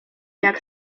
jak